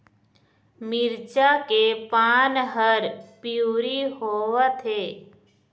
मिरचा के पान हर पिवरी होवथे?